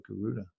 Garuda